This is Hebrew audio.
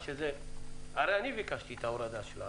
הרי אני ביקשתי את ההורדה,